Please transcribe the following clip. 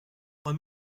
trois